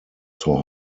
zur